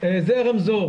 זה הרמזור.